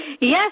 Yes